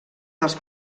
dels